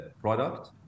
product